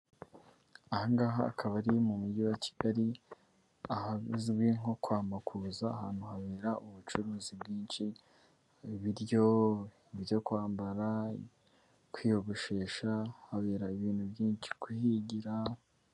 Ahangaha akaba ari mu mujyi wa kigali ahazwi nko kwa Makuza ahantu habera ubucuruzi bwinshi ibiryo, ibyokwambara kwiyogoshesha habera ibintu byinshi kuhigira.